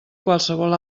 qualsevol